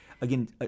Again